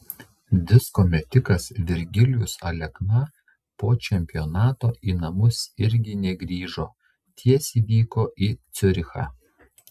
disko metikas virgilijus alekna po čempionato į namus irgi negrįžo tiesiai vyko į ciurichą